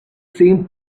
same